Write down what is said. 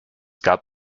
gab